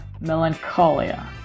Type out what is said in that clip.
melancholia